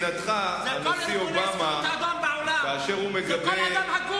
זה לא רק אני אומר,